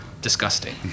disgusting